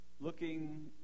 looking